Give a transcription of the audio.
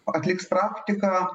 atliks praktiką